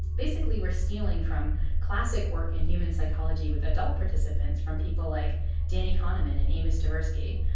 basically, we're stealing from classic work in human psychology with adult participants from people like danny kahneman and amos tversky,